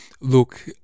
look